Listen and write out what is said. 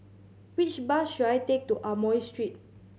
which bus should I take to Amoy Street